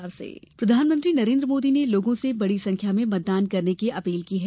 PM मतदान प्रधानमंत्री नरेन्द्र मोदी ने लोगों से बड़ी संख्या में मतदान करने की अपील की है